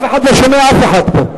אף אחד לא שומע אף אחד פה.